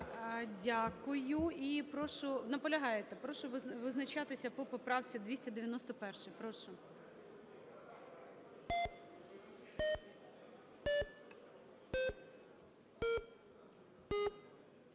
Дякую. І прошу… Наполягаєте? Прошу визначатися по поправці 291. Прошу.